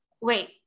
wait